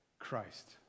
Christ